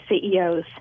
CEOs